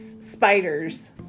spiders